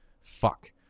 Fuck